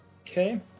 Okay